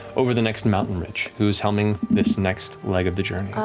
over the next mountain ridge. who is helming this next leg of the journey?